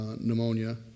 pneumonia